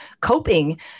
coping